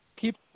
keep